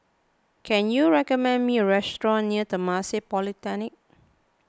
can you recommend me a restaurant near Temasek Polytechnic